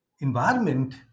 environment